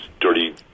dirty